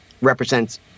represents